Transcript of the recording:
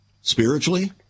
Spiritually